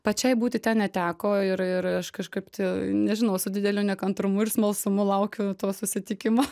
pačiai būti ten neteko ir ir aš kažkaip tai nežinau su dideliu nekantrumu ir smalsumu laukiu to susitikimo